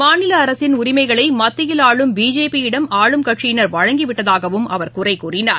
மாநிலஅரசின் உரிமைகளைமத்தியில் ஆளும் பிஜேபி யிடம் ஆளும் கட்சியினர் வழங்கிவிட்டதாகவும் அவர் குறைகூறினார்